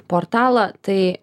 portalą tai